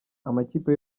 amakipe